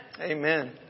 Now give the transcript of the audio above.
Amen